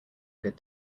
good